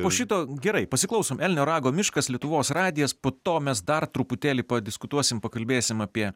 po šito gerai pasiklausom elnio rago miškas lietuvos radijas po to mes dar truputėlį padiskutuosim pakalbėsim apie